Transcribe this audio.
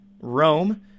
Rome